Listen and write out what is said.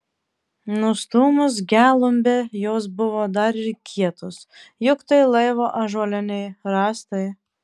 nustūmus gelumbę jos buvo dar ir kietos juk tai laivo ąžuoliniai rąstai